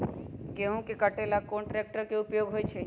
गेंहू के कटे ला कोंन ट्रेक्टर के उपयोग होइ छई?